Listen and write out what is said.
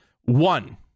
One